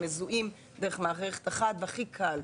הם מזוהים דרך מערכת אחת והכי קל.